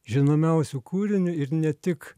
žinomiausiu kūriniu ir ne tik